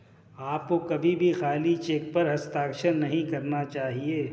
आपको कभी भी खाली चेक पर हस्ताक्षर नहीं करना चाहिए